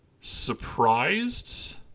surprised